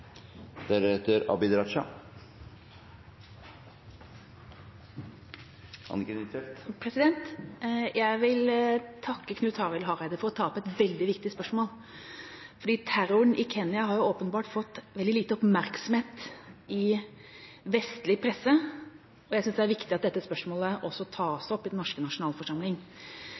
Jeg vil takke Knut Arild Hareide for å ta opp et veldig viktig spørsmål, fordi terroren i Kenya har åpenbart fått veldig lite oppmerksomhet i vestlig presse, og jeg synes det er viktig at dette spørsmålet også